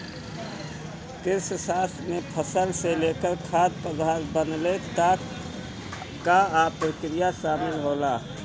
कृषिशास्त्र में फसल से लेकर खाद्य पदार्थ बनले तक कअ प्रक्रिया शामिल होला